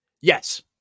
Yes